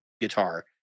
guitar